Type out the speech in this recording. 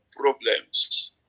problems